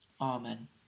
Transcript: Amen